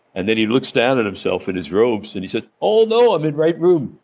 and then he looks down at himself in his robes and he said, oh, no. i'm in right room.